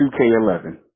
2K11